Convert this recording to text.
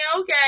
okay